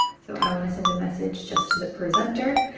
so i want to send a message just to the presenter